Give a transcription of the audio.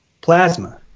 plasma